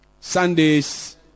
Sundays